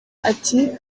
ati